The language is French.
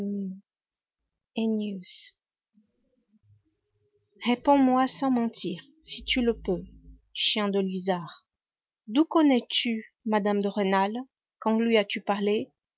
ennius réponds-moi sans mentir si tu le peux chien de lisard d'où connais-tu mme de rênal quand lui as-tu parlé